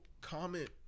comment